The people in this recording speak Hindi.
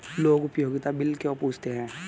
लोग उपयोगिता बिल क्यों पूछते हैं?